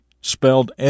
spelled